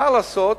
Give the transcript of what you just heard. מה לעשות,